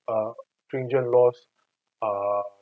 uh stringent laws um